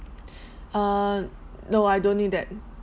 err no I don't need that